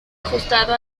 ajustado